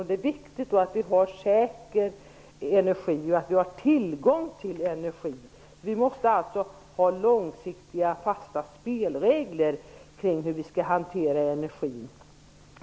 Det är viktigt att vi har säker energi och att vi har tillgång till energi. Vi måste alltså ha långsiktiga fasta spelregler kring hur vi skall hantera energin.